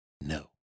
no